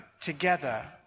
together